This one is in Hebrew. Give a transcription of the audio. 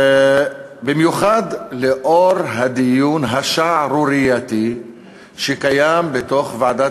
במיוחד בשל הדיון השערורייתי שקיים בוועדת